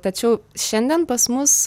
tačiau šiandien pas mus